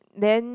then